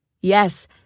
Yes